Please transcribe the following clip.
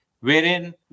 wherein